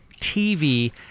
TV